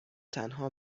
تنها